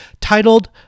titled